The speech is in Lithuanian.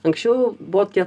anksčiau buvo tie